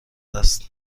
است